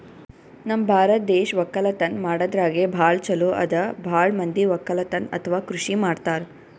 ನಮ್ ಭಾರತ್ ದೇಶ್ ವಕ್ಕಲತನ್ ಮಾಡದ್ರಾಗೆ ಭಾಳ್ ಛಲೋ ಅದಾ ಭಾಳ್ ಮಂದಿ ವಕ್ಕಲತನ್ ಅಥವಾ ಕೃಷಿ ಮಾಡ್ತಾರ್